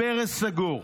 הברז סגור.